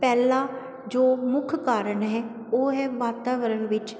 ਪਹਿਲਾ ਜੋ ਮੁੱਖ ਕਾਰਨ ਹੈ ਉਹ ਹੈ ਵਾਤਾਵਰਨ ਵਿੱਚ